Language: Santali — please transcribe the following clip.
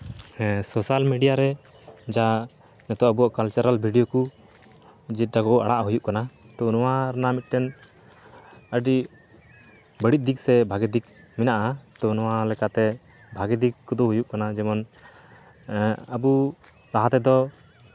ᱦᱮᱸ ᱥᱳᱥᱟᱞ ᱢᱤᱰᱤᱭᱟ ᱨᱮ ᱡᱟᱦᱟᱸ ᱠᱟᱞᱪᱟᱨᱟᱞ ᱵᱷᱤᱰᱭᱳ ᱠᱚ ᱡᱮᱴᱟ ᱠᱚ ᱟᱲᱟᱜ ᱦᱩᱭᱩᱜ ᱠᱟᱱᱟ ᱛᱚ ᱱᱚᱣᱟ ᱨᱮᱱᱟᱝ ᱢᱤᱫᱴᱮᱱ ᱟᱹᱰᱤ ᱵᱟᱹᱲᱤᱡ ᱫᱤᱠ ᱥᱮ ᱵᱷᱟᱜᱮ ᱫᱤᱠ ᱢᱮᱱᱟᱜᱼᱟ ᱛᱳ ᱱᱚᱣᱟ ᱞᱮᱠᱟᱛᱮ ᱵᱷᱟᱜᱮ ᱫᱤᱠ ᱠᱚᱫᱚ ᱦᱩᱭᱩᱜ ᱠᱟᱱᱟ ᱡᱮᱢᱚᱱ ᱟᱵᱚ ᱞᱟᱦᱟ ᱛᱮᱫᱚ